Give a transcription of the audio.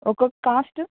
ఒక్కొక కాస్ట్